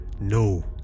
No